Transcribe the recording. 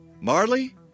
Marley